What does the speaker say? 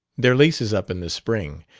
their lease is up in the spring.